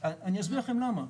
לא, אני אסביר לכם למה.